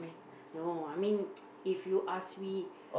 no I mean if you ask me